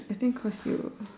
I think cause you